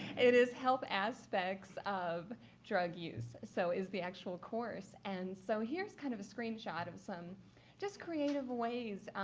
it is health aspects of drug use. so is the actual course. and so here's kind of a screenshot of some just creative ways,